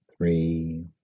three